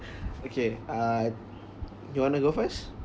okay uh you wanna go first